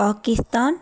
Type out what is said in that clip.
Pakistan